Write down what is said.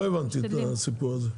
לא הבנתי את הסיפור הזה.